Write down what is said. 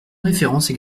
références